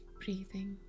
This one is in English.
breathing